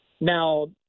Now